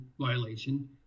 violation